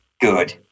Good